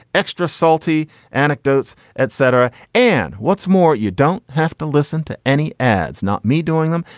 extra salty anecdotes, etc. and what's more, you don't have to listen to any ads. not me doing them.